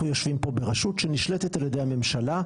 אנחנו יושבים פה בראשות שנשלטת על ידי הממשלה,